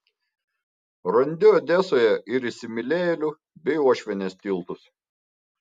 randi odesoje ir įsimylėjėlių bei uošvienės tiltus